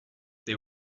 they